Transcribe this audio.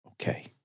okay